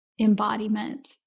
embodiment